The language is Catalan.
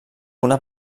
una